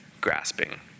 grasping